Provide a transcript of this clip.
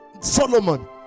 Solomon